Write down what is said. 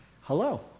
Hello